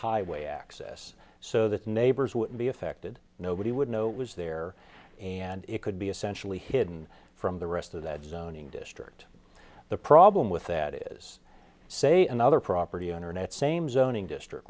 highway access so that neighbors would be affected nobody would know it was there and it could be essentially hidden from the rest of that zoning district the problem with that is say another property owner net same zoning district